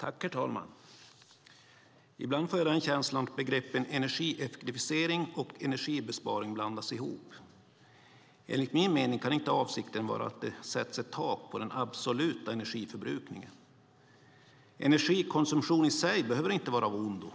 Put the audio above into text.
Herr talman! Ibland får jag känslan att begreppen energieffektivisering och energibesparing blandas ihop. Enligt min mening kan inte avsikten vara att det sätts ett tak på den absoluta energiförbrukningen. Energikonsumtion i sig behöver inte vara av ondo.